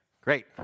Great